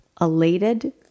elated